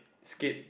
skip